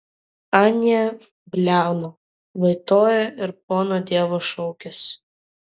anie bliauna vaitoja ir pono dievo šaukiasi